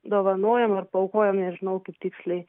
dovanojam ar paaukojam nežinau kaip tiksliai